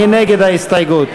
מי נגד ההסתייגות?